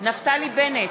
נפתלי בנט,